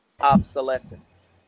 obsolescence